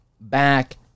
back